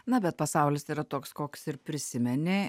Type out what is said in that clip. na bet pasaulis yra toks koks ir prisimeni